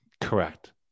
Correct